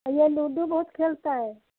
और ये लूडु बहुत खेलता है